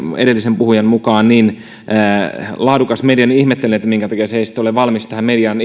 edellisen puhujan mukaan niin laadukas media niin ihmettelen minkä takia se ei sitten ole valmis tähän median